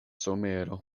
somero